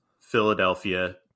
Philadelphia